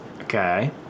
Okay